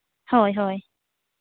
ᱦᱳᱭ ᱦᱳᱭ